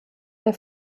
der